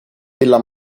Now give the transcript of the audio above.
della